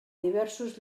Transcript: diversos